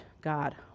God